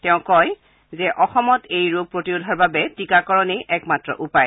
তেওঁ কয় যে এই ৰোগ প্ৰতিৰোধৰ বাবে টীকাকৰণে একমাত্ৰ উপায়